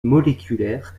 moléculaire